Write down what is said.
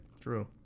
True